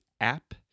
app